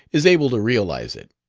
is able to realize it.